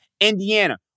Indiana